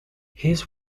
his